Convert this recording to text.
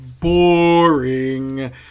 boring